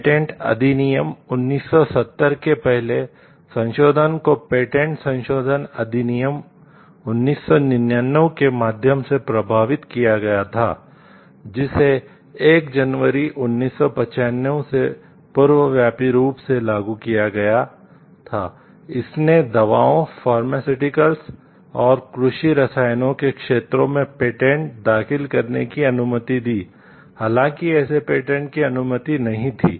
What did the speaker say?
patent अधिनियम 1970 के पहले संशोधन को पेटेंट की अनुमति नहीं थी